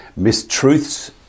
mistruths